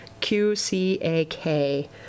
QCAK